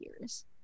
years